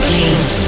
Please